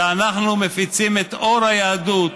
כשאנחנו מפיצים את אור היהדות,